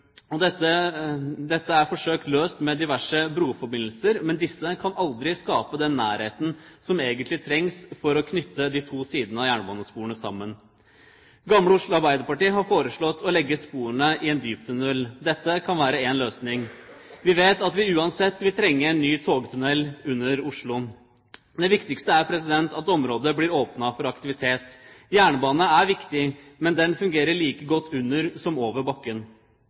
Dette er forsøkt løst med diverse broforbindelser, men disse kan aldri skape den nærheten som egentlig trengs for å knytte de to sidene av jernbanesporene sammen. Gamle Oslo Arbeiderparti har foreslått å legge sporene i en dyptunnel. Dette kan være én løsning. Vi vet at vi uansett vil trenge en ny togtunnel under Oslo. Det viktigste er at området blir åpnet for aktivitet. Jernbane er viktig, men den fungerer like godt under som over bakken.